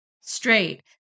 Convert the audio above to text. straight